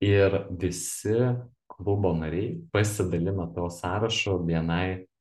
ir visi klubo nariai pasidalina tuo sąrašu bni